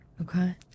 Okay